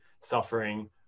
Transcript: suffering